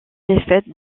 défaite